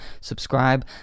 subscribe